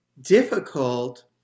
difficult